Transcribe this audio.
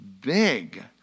big